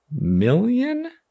million